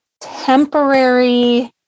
temporary